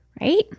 right